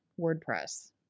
WordPress